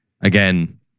Again